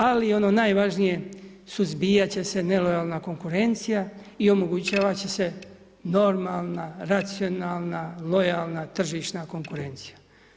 Ali ono najvažnije, suzbijati će se nelojalna konkurencija i omogućavat će se normalna, racionalna, lojalna, tržišna konkurencija.